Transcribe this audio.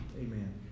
Amen